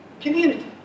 community